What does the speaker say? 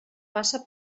passa